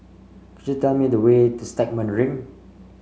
could you tell me the way to Stagmont Ring